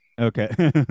Okay